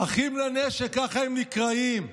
ככה הם נקראים.